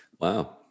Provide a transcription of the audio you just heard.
Wow